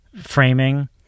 framing